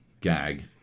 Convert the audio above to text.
gag